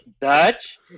Dutch